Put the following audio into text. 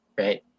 right